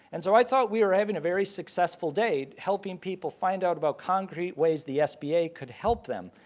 and so i thought we were having a very successful day helping people find out about concrete ways the sba could help them.